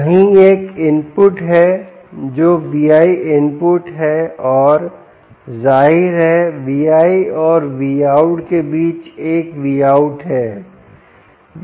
कहीं एक इनपुट है जो V¿ input है और जाहिर है V¿ और Vout के बीच एक Vout है